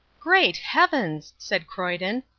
great heavens! said croyden.